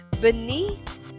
beneath